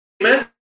amen